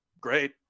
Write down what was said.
great